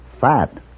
Fat